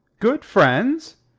good friends?